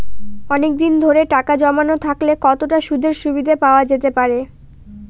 অনেকদিন ধরে টাকা জমানো থাকলে কতটা সুদের সুবিধে পাওয়া যেতে পারে?